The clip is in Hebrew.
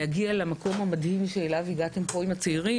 מנסים להגיע עם הילדים למקום המדהים שאליו הגעתם עם הצעירים,